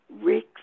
Rick